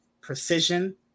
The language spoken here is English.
precision